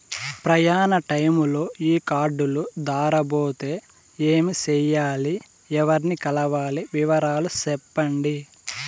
ప్రయాణ టైములో ఈ కార్డులు దారబోతే ఏమి సెయ్యాలి? ఎవర్ని కలవాలి? వివరాలు సెప్పండి?